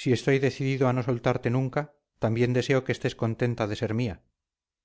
si estoy decidido a no soltarte nunca también deseo que estés contenta de ser mía